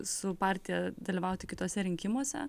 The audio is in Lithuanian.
su partija dalyvauti kituose rinkimuose